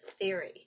theory